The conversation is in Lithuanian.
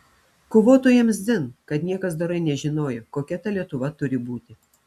kovotojams dzin kad niekas dorai nežinojo kokia ta lietuva turi būti